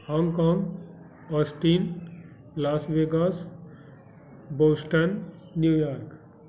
Hong Kong austin Las Vegas Boston New York